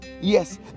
Yes